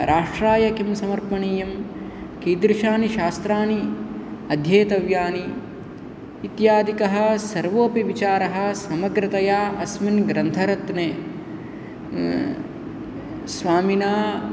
राष्ट्राय किं समर्पणीयं कीदृशानि शास्त्रानि अध्येतव्यानि इत्यादिकः सर्वोऽपि विचारः समग्रतया अस्मिन् ग्रन्थरत्ने स्वामिना